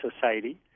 society